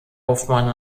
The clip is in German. hofmann